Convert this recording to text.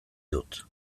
dut